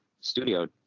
studio